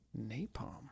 napalm